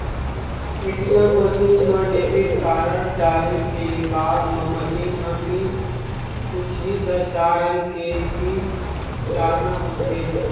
ATM machine म debit card डारे के बाद म मसीन ह पिन पूछही त चार अंक के पिन डारना होथे